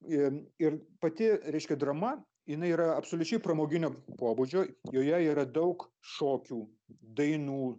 ir ir pati reiškia drama jinai yra absoliučiai pramoginio pobūdžio joje yra daug šokių dainų